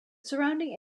surrounding